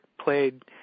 played